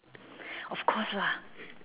of course lah